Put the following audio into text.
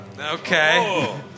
Okay